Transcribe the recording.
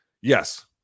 yes